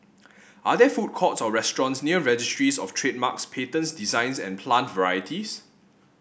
are there food courts or restaurants near Registries Of Trademarks Patents Designs and Plant Varieties